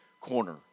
corner